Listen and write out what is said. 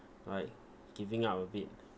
like giving up a bit